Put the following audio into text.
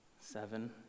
Seven